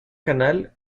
canal